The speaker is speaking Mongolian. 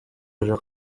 орой